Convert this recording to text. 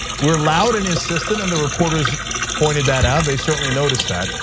we're loud and insistent, and the reporters pointed that out, they certainly noticed that,